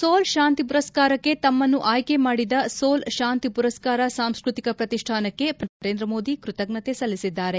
ಸೋಲ್ ಶಾಂತಿ ಪುರಸ್ಕಾರಕ್ಕೆ ತಮ್ಮನ್ನು ಆಯ್ಕೆ ಮಾಡಿದ ಸೋಲ್ ಶಾಂತಿ ಪುರಸ್ಕಾರ ಸಾಂಸ್ಕ್ ತಿಕ ಪ್ರತಿಷ್ಠಾನಕ್ಕೆ ಪ್ರಧಾನಮಂತ್ರಿ ನರೇಂದ್ರ ಮೋದಿ ಕೃತಜ್ಞತೆ ಸಲ್ಲಿಸಿದ್ದಾರೆ